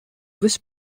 was